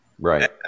Right